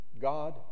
God